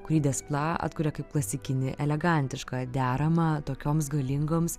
kurį de spla atkuria kaip klasikinį elegantišką deramą tokioms galingoms